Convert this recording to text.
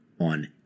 on